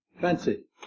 Fancy